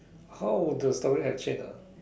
how the story have changed ah